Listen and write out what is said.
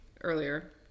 earlier